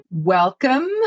Welcome